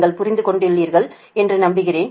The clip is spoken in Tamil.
நீங்கள் புரிந்து கொண்டீர்கள் என்று நம்புகிறேன்